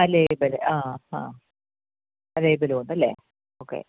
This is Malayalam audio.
അഹ് ലേബല് അഹ് അഹ് ലേബലുവൊണ്ട് അല്ലേ ഒക്കേ